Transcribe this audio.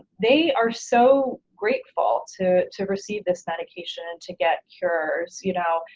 they are so grateful to to receive this medication to get cured, you know.